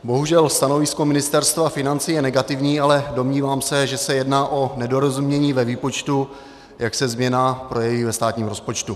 Bohužel stanovisko Ministerstva financí je negativní, ale domnívám se, že se jedná o nedorozumění ve výpočtu, jak se změna projeví ve státním rozpočtu.